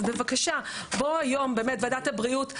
אז בבקשה, בואו היום, ועדת הבריאות.